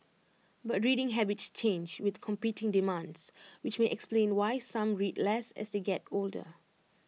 but reading habits change with competing demands which may explain why some read less as they get older